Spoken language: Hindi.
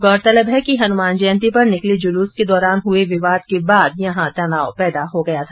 गौरतलब है कि हनुमान जयंती पर निकले जुलूस के दौरान हुए विवाद के बाद यहां तनाव पैदा हो गया था